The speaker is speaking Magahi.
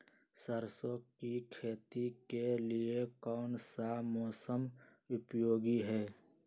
सरसो की खेती के लिए कौन सा मौसम उपयोगी है?